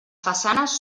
façanes